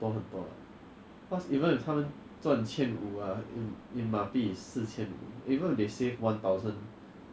actually why all the ang moh can earn so much money ah like in their country like always can go for christmas shopping whatever shit lah